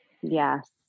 yes